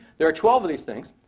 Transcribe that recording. there are twelve of these things.